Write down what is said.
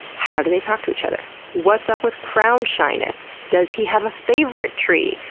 how do they talk to each other? what's up with crown shyness? does he have a favorite tree?